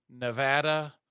Nevada